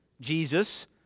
Jesus